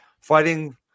fighting